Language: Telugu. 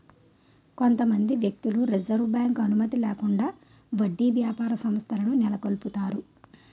కొంతమంది వ్యక్తులు రిజర్వ్ బ్యాంక్ అనుమతి లేకుండా వడ్డీ వ్యాపార సంస్థలను నెలకొల్పుతారు